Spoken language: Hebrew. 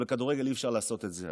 בכדורגל אי-אפשר לעשות את זה.